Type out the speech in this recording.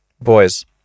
boys